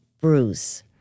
Bruce